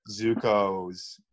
Zuko's